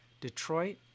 Detroit